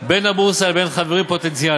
בין הבורסה לבין חברים פוטנציאליים,